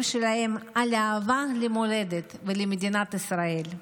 שלהן על אהבה למולדת ולמדינת ישראל.